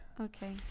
okay